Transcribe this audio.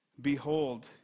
Behold